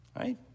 Right